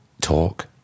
talk